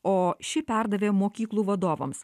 o ši perdavė mokyklų vadovams